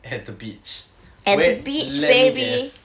at the beach wait let me guess